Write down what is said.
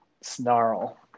Snarl